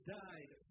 died